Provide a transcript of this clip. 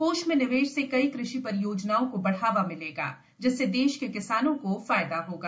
कोष में निवेश से कई कृषि परियोजनाओं को बढ़ावा मिलेगाए जिससे देश के किसानों को फायदा होगा